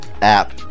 app